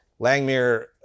Langmuir